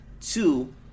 Two